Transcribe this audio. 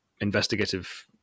investigative